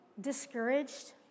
discouraged